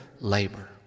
labor